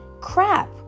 crap